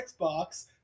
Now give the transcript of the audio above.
Xbox